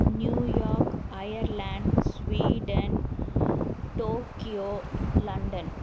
New York Ireland Sweden Tokyo London